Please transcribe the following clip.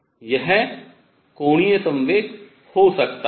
यह कोणीय संवेग हो सकता है